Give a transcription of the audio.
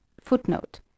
Footnote